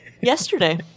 yesterday